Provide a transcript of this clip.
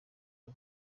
ubu